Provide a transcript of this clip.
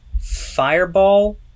Fireball